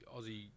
Aussie